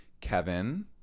Kevin